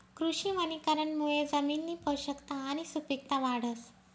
कृषी वनीकरणमुये जमिननी पोषकता आणि सुपिकता वाढस